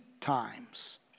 times